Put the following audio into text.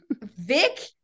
Vic